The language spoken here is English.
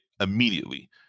immediately